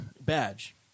badge